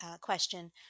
question